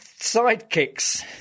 sidekicks